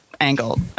angle